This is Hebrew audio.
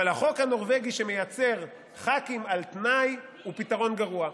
אבל החוק הנורבגי שמייצר ח"כים על תנאי הוא פתרון גרוע.